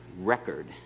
record